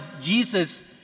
Jesus